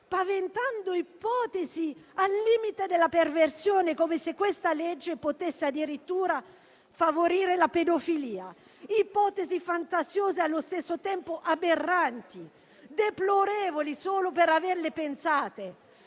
paventando ipotesi al limite della perversione, come se questo provvedimento potesse addirittura favorire la pedofilia. Sono ipotesi fantasiose e allo stesso tempo aberranti, deplorevoli solo per averle pensate: